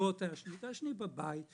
לא תעשני, תעשני בבית.